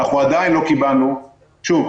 אנחנו עדין לא קיבלנו שוב,